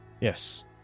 Yes